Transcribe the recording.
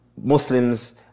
Muslims